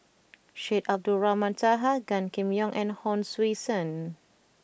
Syed Abdulrahman Taha Gan Kim Yong and Hon Sui Sen